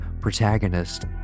protagonist